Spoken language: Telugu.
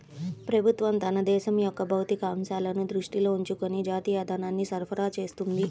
ప్రభుత్వం తన దేశం యొక్క భౌతిక అంశాలను దృష్టిలో ఉంచుకొని జాతీయ ధనాన్ని సరఫరా చేస్తుంది